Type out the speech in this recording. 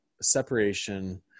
separation